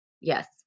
yes